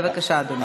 בבקשה, אדוני.